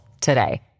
today